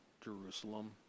Jerusalem